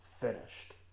finished